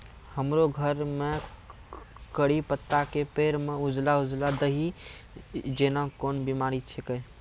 हमरो घर के कढ़ी पत्ता के पेड़ म उजला उजला दही जेना कोन बिमारी छेकै?